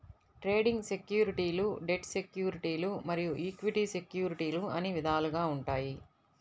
trading సెక్యూరిటీలు debt సెక్యూరిటీలు మరియు ఈక్విటీ సెక్యూరిటీలు అని విధాలుగా ఉంటాయి